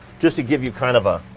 just to give you kind of a